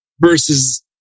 versus